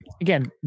again